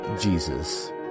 Jesus